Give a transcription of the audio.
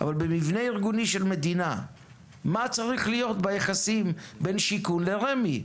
אבל במבנה ארגוני של מדינה מה צריך להיות ביחסים בין שיכון לרמ"י?